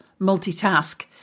multitask